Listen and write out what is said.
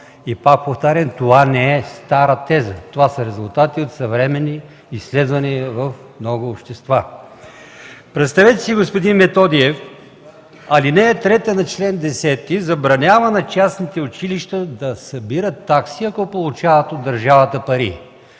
И пак повтарям – това не е стара теза, това са резултати от съвременни изследвания в много общества. Представете си, господин Методиев, ал. 3 на чл. 10 забранява на частните училища да събират такси, ако получават от държавата пари.